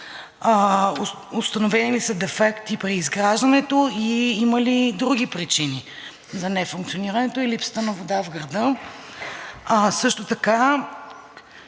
установени ли са дефекти при неговото изграждане и има ли други причини за нефункционирането му и липсата на вода в града; също така